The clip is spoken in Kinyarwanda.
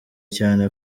cyane